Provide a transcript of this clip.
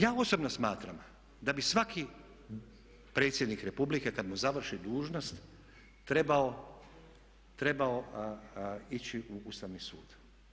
Ja osobno smatram da bi svaki predsjednik republike kad mu završi dužnost trebao ići u Ustavni sud.